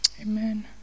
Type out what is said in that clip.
Amen